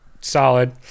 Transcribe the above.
Solid